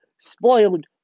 spoiled